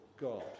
God